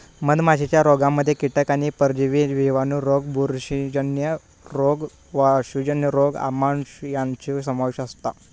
मधमाशीच्या रोगांमध्ये कीटक आणि परजीवी जिवाणू रोग बुरशीजन्य रोग विषाणूजन्य रोग आमांश यांचो समावेश असता